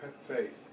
faith